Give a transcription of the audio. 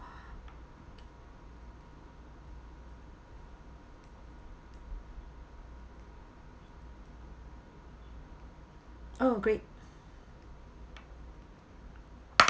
oh great